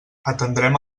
atendrem